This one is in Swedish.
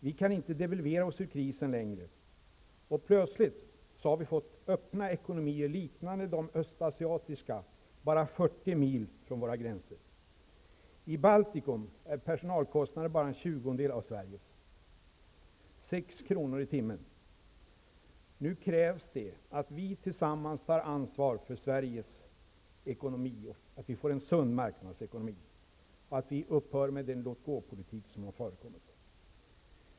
Vi kan inte devalvera oss ur krisen längre. Plötsligt har vi fått öppna ekonomier liknande de östasiatiska bara 40 mil från våra gränser. I Baltikum är personalkostnaderna bara en tjugondel av Nu krävs det att vi tillsammans tar ansvar för att Sverige får en sund marknadsekonomi och att vi upphör med den låt-gå-politik som tidigare förekommit.